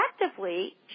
effectively